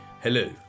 Hello